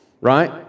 right